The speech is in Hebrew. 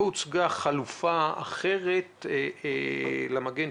לא הוצגה חלופה אחרת למגן